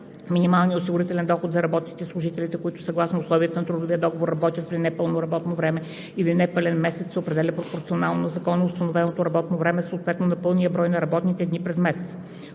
Минималният осигурителен доход за работниците и служителите, които съгласно условията на трудовия договор работят при непълно работно време или непълен месец, се определя пропорционално на законоустановеното работно време, съответно на пълния брой на работните дни през месеца.